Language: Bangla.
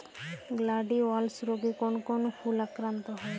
গ্লাডিওলাস রোগে কোন কোন ফুল আক্রান্ত হয়?